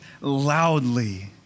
loudly